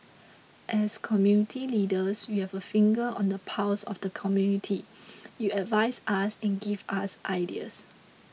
as community leaders you have a finger on the pulse of the community you advise us and give us ideas